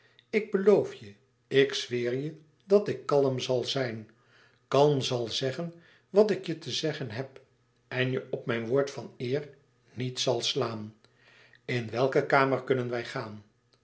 ik beloof je ik zweer je dat ik kalm zal zijn kalm zal zeggen wat ik je te zeggen heb en je op mijn woord van eer niet zal slaan in welke kamer kunnen wij gaan